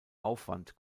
aufwand